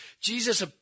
Jesus